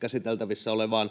käsiteltävänä olevaan